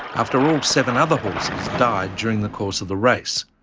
after all seven other horses died during the course of the race.